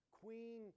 Queen